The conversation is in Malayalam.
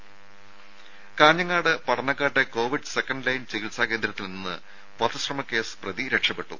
ദേര കാഞ്ഞങ്ങാട് പടന്നക്കാട്ടെ കോവിഡ് സെക്കന്റ് ലൈൻ ചികിത്സാ കേന്ദ്രത്തിൽ നിന്ന് വധശ്രമ കേസ് പ്രതി രക്ഷപ്പെട്ടു